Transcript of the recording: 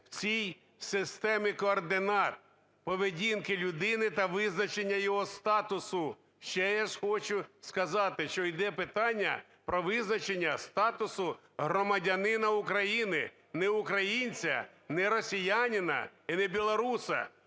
в цій системі координат – поведінки людини та визначення його статусу. Це раз хочу сказати, що йде питання про визначення статусу громадянина України. Не українця, не росіянина і не білоруса.